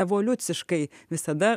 evoliuciškai visada